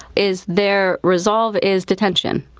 is their resolve is detention.